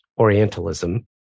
Orientalism